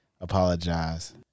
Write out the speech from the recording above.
apologize